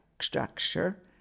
structure